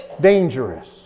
Dangerous